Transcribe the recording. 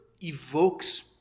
evokes